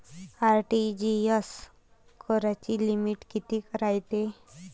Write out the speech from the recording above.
RTGS कराची limit कितीक रायते?